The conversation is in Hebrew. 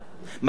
מסורת שנייה,